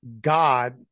God